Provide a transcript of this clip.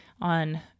on